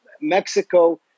Mexico